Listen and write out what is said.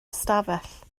ystafell